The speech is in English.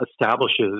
establishes